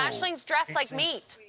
um aisling's dressed like meat.